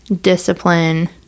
discipline